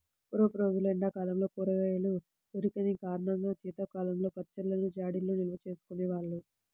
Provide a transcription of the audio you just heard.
పూర్వపు రోజుల్లో ఎండా కాలంలో కూరగాయలు దొరికని కారణంగా శీతాకాలంలో పచ్చళ్ళను జాడీల్లో నిల్వచేసుకునే వాళ్ళు